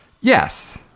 Yes